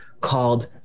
called